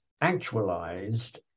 actualized